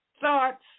thoughts